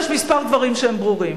יש כמה דברים שהם ברורים